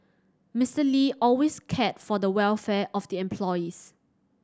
Mister Lee always cared for the welfare of the employees